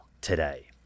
today